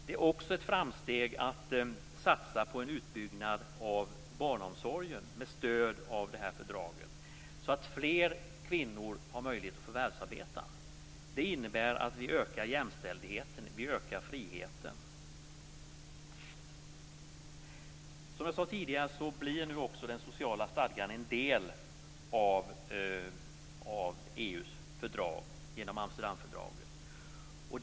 Det är också ett framsteg att satsa på en utbyggnad av barnomsorgen med stöd av det här fördraget, så att fler kvinnor har möjlighet att förvärvsarbeta. Det innebär att vi ökar jämställdheten, vi ökar friheten. Som jag sade tidigare blir nu också den sociala stadgan en del av EU:s fördrag genom Amsterdamfördraget.